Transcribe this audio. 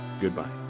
goodbye